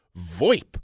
VoIP